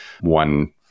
one